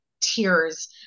tears